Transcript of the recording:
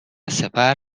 سپر